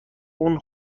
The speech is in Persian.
اون